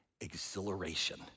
exhilaration